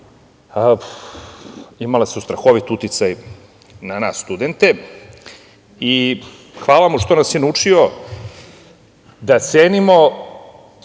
imala strahovit uticaj na nas studente. Hvala mu što nas je naučio da cenimo